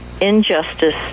Injustice